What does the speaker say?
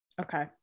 Okay